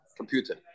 computer